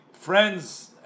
friends